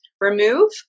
remove